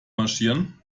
marschieren